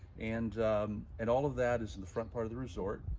and and all of that is in the front part of the resort.